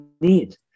need